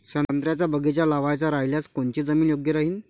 संत्र्याचा बगीचा लावायचा रायल्यास कोनची जमीन योग्य राहीन?